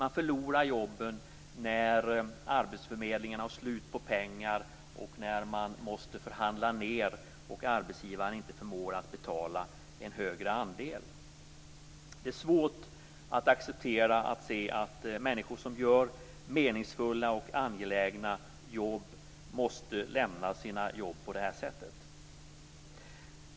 Man förlorar jobbet när arbetsförmedlingen har slut på pengar, när man måste förhandla ned och när arbetsgivaren inte förmår betala en högre andel. Det är svårt att acceptera att människor som gör meningsfulla och angelägna jobb måste lämna sina jobb på det här sättet.